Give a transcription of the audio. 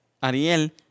Ariel